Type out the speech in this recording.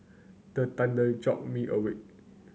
the thunder jolt me awake